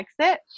exit